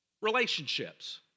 Relationships